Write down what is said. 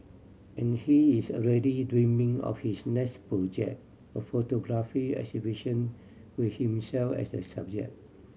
and he is already dreaming of his next project a photography exhibition with himself as the subject